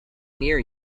near